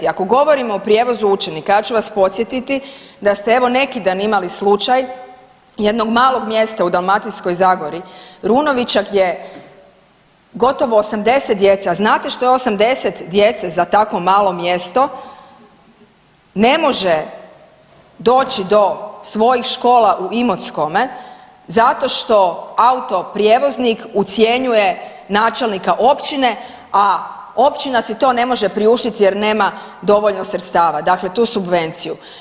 Ako govorimo o prijevozu učenika ja ću vas podsjetiti da ste evo neki dan imali slučaj jednog malog mjesta u Dalmatinskoj zagori, Runovića gdje gotovo 80 djece, a znate što je 80 djece za tako malo mjesto ne može doći do svojih škola u Imotskome zato što autoprijevoznik ucjenjuje načelnika općine, a općina si to ne može priuštiti jer nema dovoljno sredstva, dakle tu subvenciju.